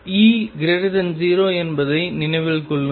E 0 என்பதை நினைவில் கொள்ளுங்கள்